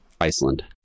Iceland